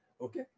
okay